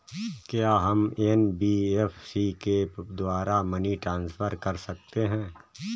क्या हम एन.बी.एफ.सी के द्वारा मनी ट्रांसफर कर सकते हैं?